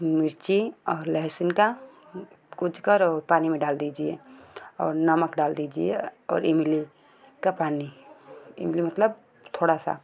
मिर्ची और लहसुन का कूच कर और पानी में डाल दीजिए और नमक डाल दीजिए और इमली का पानी इमली मतलब थोड़ा सा